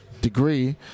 degree